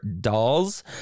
dolls